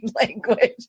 language